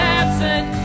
absent